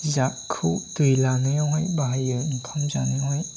जागखौ दै लानायावहाय बाहायो ओंखाम जानोहाय